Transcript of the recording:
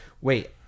Wait